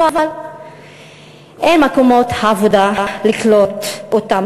אבל אין מקומות עבודה לקלוט אותם.